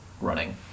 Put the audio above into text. running